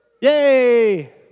Yay